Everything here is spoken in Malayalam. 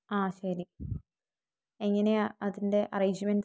ആ ശരി എങ്ങനെയാണ് അതിന്റെ അറേഞ്ച്മെന്റ്സ്